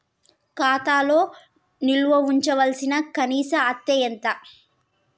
ఖాతా లో నిల్వుంచవలసిన కనీస అత్తే ఎంత?